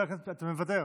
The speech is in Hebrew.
אתה מוותר?